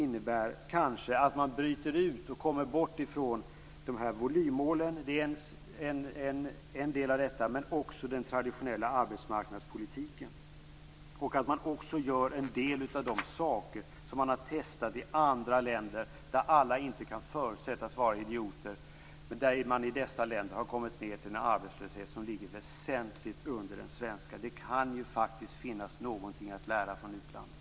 Det innebär kanske att man bryter ut och kommer bort från volymmålen - det är en del av detta - men också från den traditionella arbetsmarknadspolitiken. Det innebär kanske också att man gör en del av de saker som man har testat i andra länder där alla inte kan förutsättas vara idioter. I dessa länder har man kommit ned till en arbetslöshet som ligger väsentligt under den svenska. Det kan ju faktiskt finnas något att lära från utlandet.